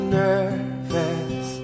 nervous